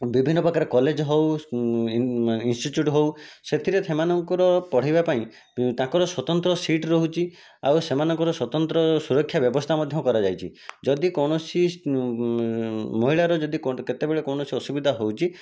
ବିଭିନ୍ନ ପ୍ରକାର କଲେଜ ହେଉ ଇନ୍ସଟିଚ୍ୟୁଟ୍ ହେଉ ସେଥିରେ ସେମାନଙ୍କର ପଢ଼ାଇବା ପାଇଁ ତାଙ୍କର ସ୍ଵତନ୍ତ୍ର ସିଟ୍ ରହୁଛି ଆଉ ସେମାନଙ୍କର ସ୍ଵତନ୍ତ୍ର ସୁରକ୍ଷା ବ୍ୟବସ୍ଥା ମଧ୍ୟ କରାଯାଇଛି ଯଦି କୌଣସି ମହିଳାର ଯଦି କେତେବେଳେ କୌଣସି ଅସୁବିଧା ହେଉଛି